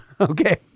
Okay